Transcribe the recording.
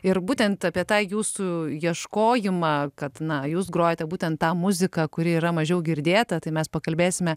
ir būtent apie tą jūsų ieškojimą kad na jūs grojate būtent tą muziką kuri yra mažiau girdėta tai mes pakalbėsime